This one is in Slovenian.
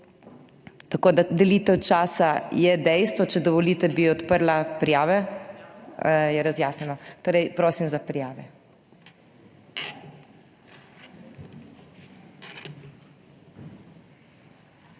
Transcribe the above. Tako da delitev časa je dejstvo. Če dovolite, bi odprla prijave. Je razjasnjeno? Torej prosim za prijave.